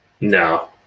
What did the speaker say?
No